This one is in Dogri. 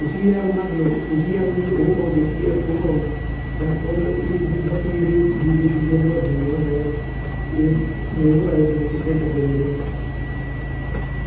उसी बी हैल बनांदे न लोग उसी बी हैल बनाइयै पांदे न लोग होर एह् चीज़ां बाकी जेह्ड़े यूरिया जेह्ड़ा इंदे कोला दूर रौह्ना चाहिदा एह् नेईं गै पवै खेत्तरें च चंगी गल्ल ऐ